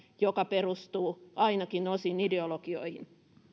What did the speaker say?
joka perustuu ainakin osin ideologioihin